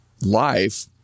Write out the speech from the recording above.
life